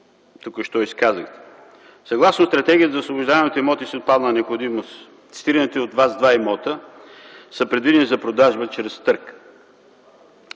току-що изказахте. Съгласно Стратегията за освобождаване на имотите с отпаднала необходимост, цитираните от Вас два имота са предвидени за продажба чрез търг.